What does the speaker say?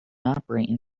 operating